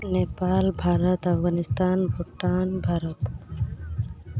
Nepal Bharat Afghanistan Bhutan Bharat